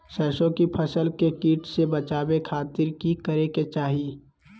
सरसों की फसल के कीट से बचावे खातिर की करे के चाही?